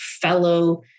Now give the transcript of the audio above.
fellow